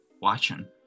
watching